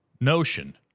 notion